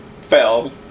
fell